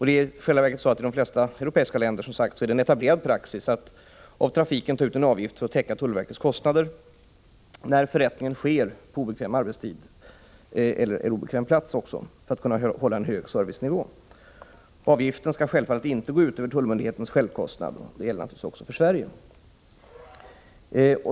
Det är i själva verket så, att i de flesta europeiska länder är det en etablerad praxis, att man av trafiken tar ut en avgift för att täcka tullverkets kostnader, när förrättningen sker på obekväm arbetstid eller när den sker på låt mig säga obekväm plats. Detta gör man för att kunna hålla en hög servicenivå. Avgiften skall självfallet inte gå ut över tullmyndighetens självkostnad — det gäller naturligtvis också för Sverige.